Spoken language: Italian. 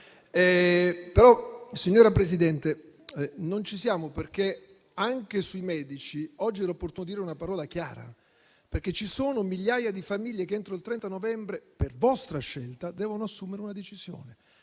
presidente Meloni, non ci siamo. Anche sui medici, oggi era opportuno dire una parola chiara, perché ci sono migliaia di famiglie che, entro il 30 novembre, per vostra scelta, dovranno assumere una decisione.